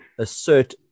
assert